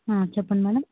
చెప్పండి మేడమ్